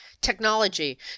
technology